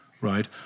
right